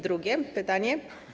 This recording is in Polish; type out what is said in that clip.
Drugie pytanie.